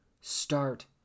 start